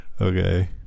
Okay